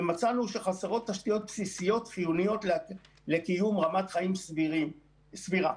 ומצאנו שחסרות תשתיות בסיסיות חיוניות לקיום רמת חיים סבירה: